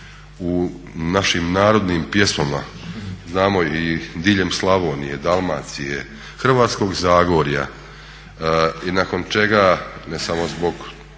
u našim narodnim pjesmama, znamo i diljem Slavonije, Dalmacije, Hrvatskog zagorja i nakon čega ne samo zbog